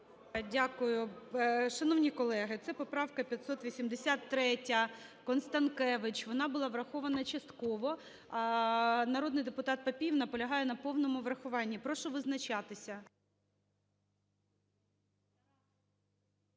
Дякую. Шановні колеги, це поправка 583-я,Констанкевич. Вона була врахована частково. А народний депутат Папієв наполягає на повному врахуванні. Прошу визначатися.